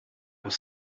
was